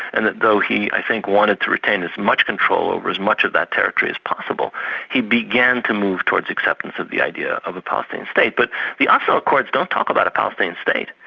and though he i think wanted to retain as much control over as much of that territory as possible he began to move towards acceptance of the idea of a palestinian state, but the oslo accords, don't talk about a palestinian state,